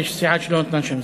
ויש סיעה שלא נתנה שם,